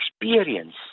experience